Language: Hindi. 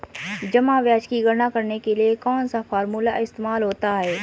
जमा ब्याज की गणना करने के लिए कौनसा फॉर्मूला इस्तेमाल होता है?